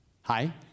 hi